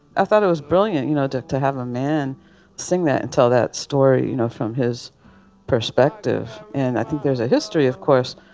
thought it was brilliant, you know, to to have a man sing that and tell that story, you know, from his perspective. and i think there's a history, of course,